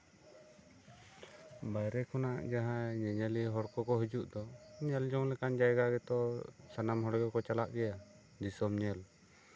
ᱵᱟᱭᱨᱮ ᱠᱷᱚᱱᱟᱜ ᱡᱟᱦᱟᱸᱭ ᱧᱮᱧᱮᱞᱤᱭᱟᱹ ᱦᱚᱲ ᱠᱚᱠᱚ ᱦᱤᱡᱩᱜ ᱫᱚ ᱧᱮᱞ ᱡᱚᱝ ᱞᱮᱠᱟᱱ ᱡᱟᱭᱜᱟ ᱜᱮᱛᱚ ᱥᱟᱱᱟᱢ ᱦᱚᱲ ᱜᱮᱠᱚ ᱪᱟᱞᱟᱜ ᱜᱮᱭᱟ ᱫᱤᱥᱚᱢ ᱧᱮᱞ